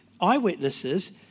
eyewitnesses